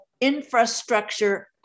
infrastructure